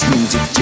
Music